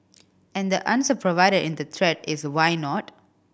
and the answer provided in the thread is why not